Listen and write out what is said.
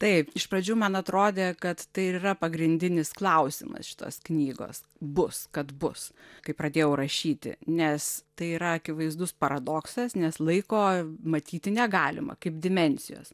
taip iš pradžių man atrodė kad tai ir yra pagrindinis klausimas šitos knygos bus kad bus kai pradėjau rašyti nes tai yra akivaizdus paradoksas nes laiko matyti negalima kaip dimensijos